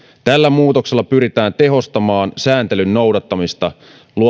tällä muutoksella pyritään tehostamaan sääntelyn noudattamista